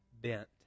bent